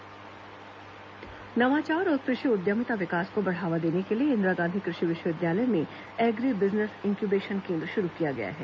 कृषि विवि इन्क्यूबेशन केन्द्र नवाचार और कृषि उद्यमिता विकास को बढ़ावा देने के लिए इंदिरा गांधी कृषि विश्वविद्यालय में एग्री बिजनेस इन्क्यूबेशन केन्द्र शुरू किया गया है